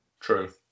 true